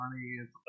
money